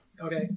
Okay